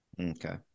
Okay